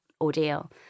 ordeal